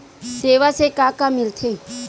सेवा से का का मिलथे?